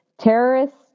Terrorists